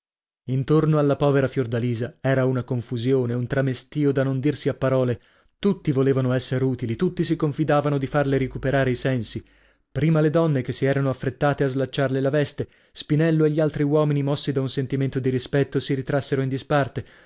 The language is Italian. intorno alla povera fiordalisa era una confusione un tramestio da non dirsi a parole tutti volevano esser utili tutti si confidavano di farle ricuperare i sensi prime le donne che si erano affrettate a slacciarle la veste spinello e gli altri uomini mossi da un sentimento di rispetto si ritrassero in disparte